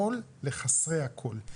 קול לחסרי הקול.